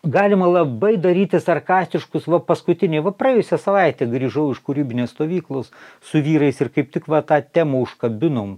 galima labai daryti sarkastiškus va paskutinė va praėjusią savaitę grįžau iš kūrybinės stovyklos su vyrais ir kaip tik va tą temą užkabinom